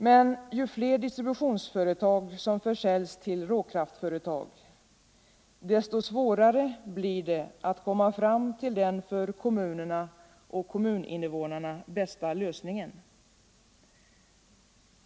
Men ju fler distributionsföretag som försäljs till råkraftföretag desto svårare blir det att komma fram till den för kommunerna och kommuninvånarna bästa lösningen.